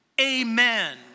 Amen